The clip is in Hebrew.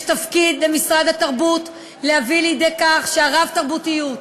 יש תפקיד למשרד התרבות להביא לידי כך שהרב-תרבותיות,